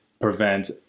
prevent